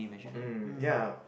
mm ya